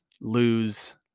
lose